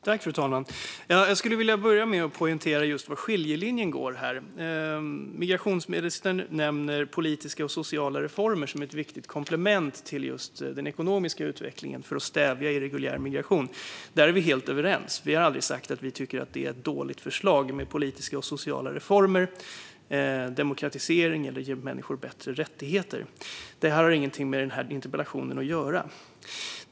Fru talman! Jag skulle vilja poängtera var skiljelinjen går. Migrationsministern nämner politiska och sociala reformer som ett viktigt komplement till just den ekonomiska utvecklingen för att stävja irreguljär migration. Där är vi helt överens. Sverigedemokraterna har aldrig sagt att vi tycker att politiska och sociala reformer, demokratisering eller att ge människor bättre rättigheter är ett dåligt förslag. De frågorna har ingenting med interpellationen att göra.